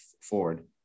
forward